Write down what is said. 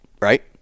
right